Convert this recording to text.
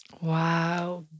Wow